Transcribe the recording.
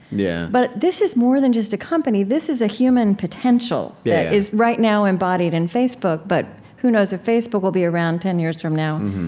yeah but this is more than just a company. this is a human potential that yeah is right now embodied in facebook. but who knows if facebook will be around ten years from now?